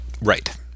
Right